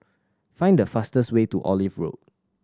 find the fastest way to Olive Road